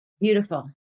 Beautiful